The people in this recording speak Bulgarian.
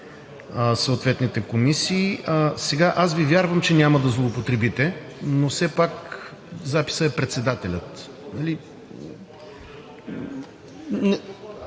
съответните комисии“. Аз Ви вярвам, че няма да злоупотребите, но все пак записът е: „Председателят“, нали?